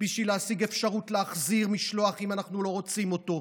בשביל להשיג אפשרות להחזיר משלוח אם אנחנו לא רוצים אותו,